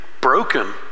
broken